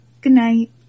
Goodnight